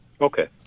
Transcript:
Okay